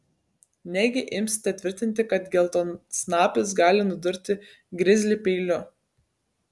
negi imsite tvirtinti kad geltonsnapis gali nudurti grizlį peiliu